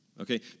okay